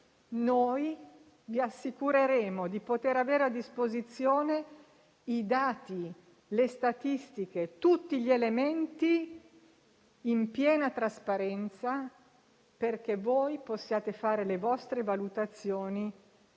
noi vi assicureremo di avere a disposizione i dati, le statistiche, tutti gli elementi in piena trasparenza, perché possiate fare le vostre valutazioni e